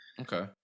okay